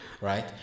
Right